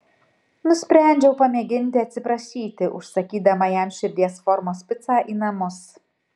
nusprendžiau pamėginti atsiprašyti užsakydama jam širdies formos picą į namus